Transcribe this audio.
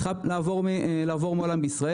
צריכה לעבור מן העולם בישראל.